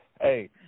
Hey